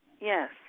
Yes